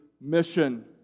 mission